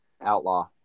outlaw